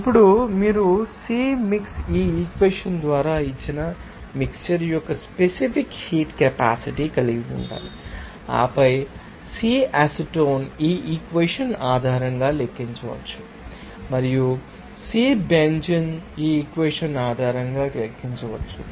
ఇప్పుడు మీరు Cpmix mix ఈ ఈక్వెషన్ ద్వారా ఇచ్చిన మిక్శ్చర్ యొక్క స్పెసిఫిక్ హీట్ కెపాసిటీ కలిగి ఉండాలి ఆపై Cpacetone అసిటోన్ను ఈ ఈక్వెషన్ ఆధారంగా లెక్కించవచ్చు మరియు Cpbenzene బెంజీన్ ఈ ఈక్వెషన్ ఆధారంగా లెక్కించవచ్చు